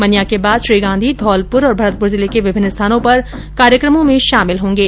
मनिया के बाद श्री गांधी धौलप्र और भरतप्र जिले के विभिन्न स्थानों पर कार्यक्रमों में शामिल होंगे